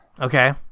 Okay